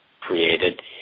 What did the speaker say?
created